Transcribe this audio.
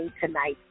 tonight